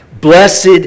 Blessed